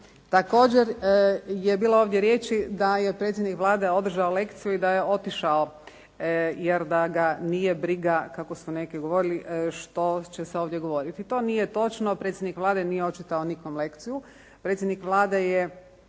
Također je bilo ovdje riječi da je predsjednik Vlade održao lekciju i da je otišao jer da ga nije briga, kako su neki govorili, što će se ovdje govoriti. To nije točno. Predsjednik Vlade nije očitao nikom lekciju. Predsjednik Vlade je